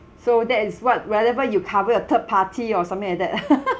so that is what wherever you cover your third party or something like that